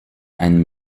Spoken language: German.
ein